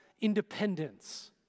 independence